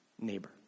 neighbor